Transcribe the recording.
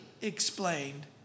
explained